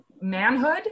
manhood